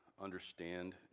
understand